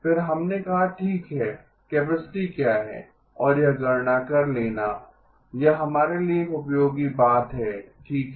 फिर हमने कहा ठीक है कैपेसिटी क्या है और यह गणना कर लेना यह हमारे लिए एक उपयोगी बात है ठीक है